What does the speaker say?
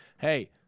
hey